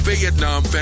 Vietnam